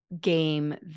game